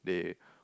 they